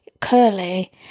curly